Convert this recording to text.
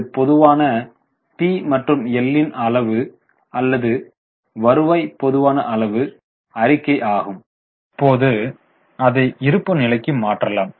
இது பொதுவான பி மற்றும் எல் ன் அளவு அல்லது வருவாய் பொதுவான அளவு அறிக்கை ஆகும் இப்போது அதை இருப்பு நிலைக்கு மாற்றலாம்